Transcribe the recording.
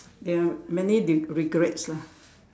there are many re~ regrets lah